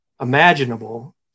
imaginable